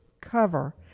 cover